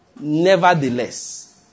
Nevertheless